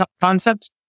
concept